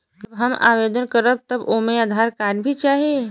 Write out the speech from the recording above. जब हम आवेदन करब त ओमे आधार कार्ड भी चाही?